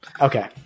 okay